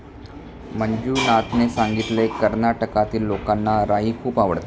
मंजुनाथने सांगितले, कर्नाटकातील लोकांना राई खूप आवडते